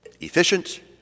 Efficient